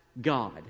God